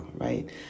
right